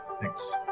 Thanks